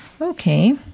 Okay